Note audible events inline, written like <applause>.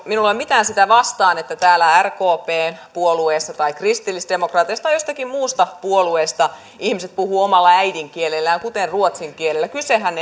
minulla ei ole mitään sitä vastaan että täällä rkpn puolueessa tai kristillisdemokraateissa tai jossakin muussa puolueessa ihmiset puhuvat omalla äidinkielellään kuten ruotsin kielellä kysehän <unintelligible>